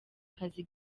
kazi